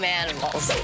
animals